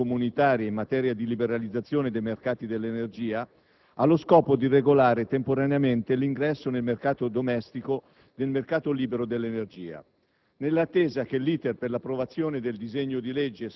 recante misure urgenti per l'attuazione di disposizioni comunitarie in materia di liberalizzazione dei mercati dell'energia, ha lo scopo di regolare temporaneamente l'ingresso del mercato domestico nel mercato libero dell'energia,